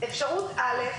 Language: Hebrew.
אפשרות א':